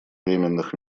временных